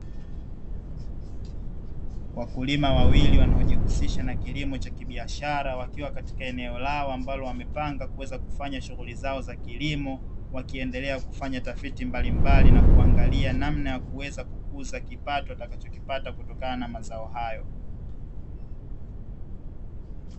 Wakulima wawili wanaojihusisha na kilimo cha kibiashara wakiwa katika eneo lao ambalo wamepanga kuweza kufanya shughuli zao za kilimo. Wakiendelea kufanya tafiti mbalimbali na kuangalia namna ya kuweza kukuza kipato watakachokipata kutokana na mazao hayo.